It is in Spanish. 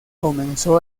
comenzó